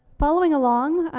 following along,